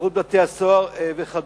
שירות בתי-הסוהר וכדומה.